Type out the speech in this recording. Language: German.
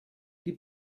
die